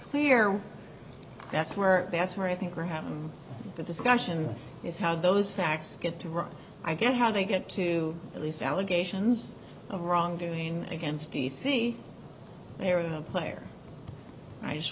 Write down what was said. clear that's where that's where i think we're having the discussion is how those facts get to run i get how they get to at least allegations of wrongdoing against d c they are a player i just